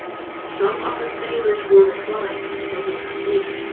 some of the sailors were reclined, as if asleep.